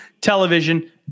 television